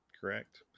Correct